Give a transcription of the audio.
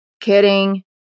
Kidding